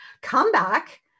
comeback